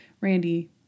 Randy